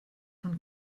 von